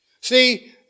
See